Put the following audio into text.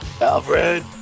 Alfred